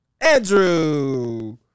Andrew